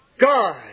God